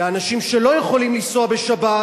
לאנשים שלא יכולים לנסוע בשבת,